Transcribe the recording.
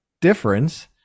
difference